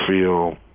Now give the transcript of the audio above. feel